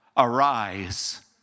arise